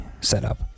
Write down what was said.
setup